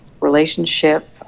relationship